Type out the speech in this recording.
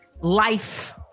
life